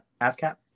ASCAP